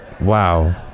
Wow